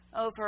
over